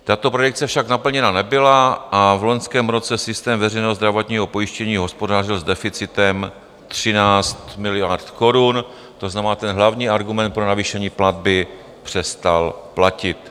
Tato predikce však naplněna nebyla a v loňském roce systém veřejného zdravotního pojištění hospodařil s deficitem 13 miliard korun, to znamená, ten hlavní argument pro navýšení platby přestal platit.